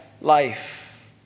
life